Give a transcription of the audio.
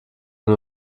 den